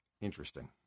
Interesting